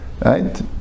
Right